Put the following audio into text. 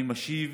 אני משיב